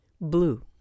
blue